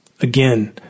Again